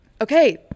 Okay